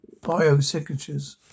biosignatures